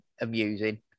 amusing